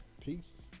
Peace